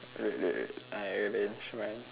wait wait wait I arrange mine